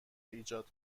ایجاد